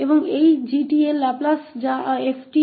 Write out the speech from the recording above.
इसलिए हमें पहले ही परिणाम मिल गया है कि 𝑔𝑡 का लाप्लास 1sहै